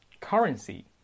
currency